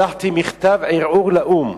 שלחתי מכתב ערעור לאו"ם